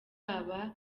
aba